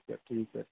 अच्छा ठीक है ठीक है